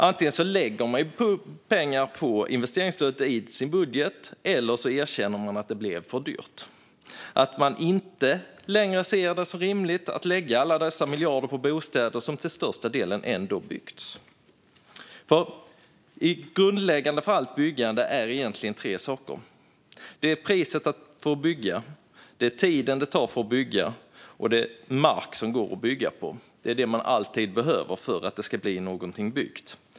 Antingen lägger man pengar på investeringsstödet i sin budget, eller så erkänner man att det blev för dyrt och att man inte längre ser det som rimligt att lägga alla dessa miljarder på bostäder som till största delen ändå hade byggts. Tre saker är grundläggande för byggande: Mark att bygga på, priset att bygga för och tiden det tar att bygga. Detta behövs alltid för att något ska bli byggt.